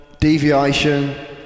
deviation